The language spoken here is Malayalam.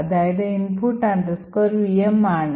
അത് input vm ആണ്